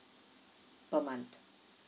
per month